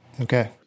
Okay